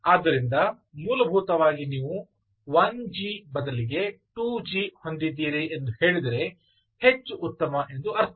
ಆದ್ದರಿಂದ ಮೂಲಭೂತವಾಗಿ ನೀವು 1 G ಬದಲಿಗೆ 2 G ಹೊಂದಿದ್ದೀರಿ ಎಂದು ಹೇಳಿದರೆ ಹೆಚ್ಚು ಉತ್ತಮ ಎಂದು ಅರ್ಥ